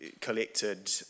collected